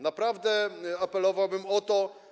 Naprawdę apelowałbym o to.